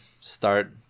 start